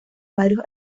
varios